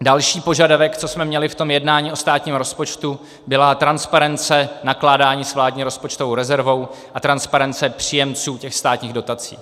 Další požadavek, co jsme měli v tom jednání o státním rozpočtu, byla transparence nakládání s vládní rozpočtovou rezervou a transparence příjemců státních dotací.